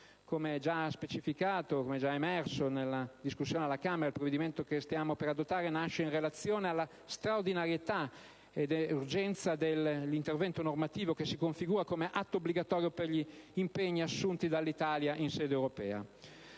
Come è già stato specificato ed emerso nella discussione alla Camera, il provvedimento che stiamo per adottare nasce in relazione alla straordinarietà e all'urgenza dell'intervento normativo, che si configura come atto obbligatorio per gli impegni assunti dall'Italia in sede europea.